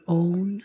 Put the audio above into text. own